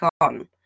on